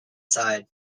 side